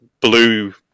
blue